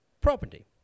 property